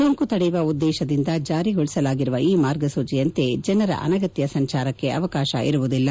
ಸೋಂಕು ತಡೆಯುವ ಉದ್ದೇಶದಿಂದ ಜಾರಿಗೊಳಿಸಲಾಗಿರುವ ಈ ಮಾರ್ಗಸೂಚಿಯಂತೆ ಜನರ ಅನಗತ್ಯ ಸಂಚಾರಕ್ಕೆ ಅವಕಾಶವಿರುವುದಿಲ್ಲ